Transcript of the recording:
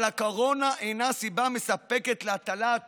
אבל הקורונה אינה סיבה מספקת להטלת